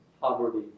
poverty